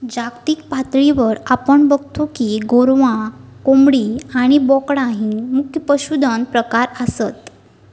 जागतिक पातळीवर आपण बगतो की गोरवां, कोंबडी आणि बोकडा ही मुख्य पशुधन प्रकार आसत